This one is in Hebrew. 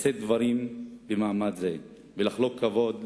לשאת דברים במעמד זה ולחלוק כבוד למנוח.